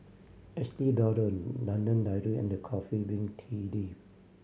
Estee Lauder London Dairy and The Coffee Bean Tea Leaf